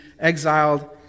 exiled